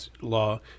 law